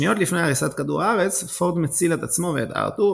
שניות לפני הריסת כדור הארץ פורד מציל את עצמו ואת ארתור,